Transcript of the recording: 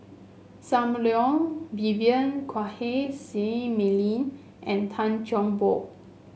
Sam Leong Vivien Quahe Seah Mei Lin and Tan Cheng Bock